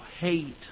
hate